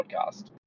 podcast